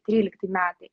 trylikti metai